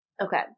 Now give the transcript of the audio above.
Okay